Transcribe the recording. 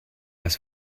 was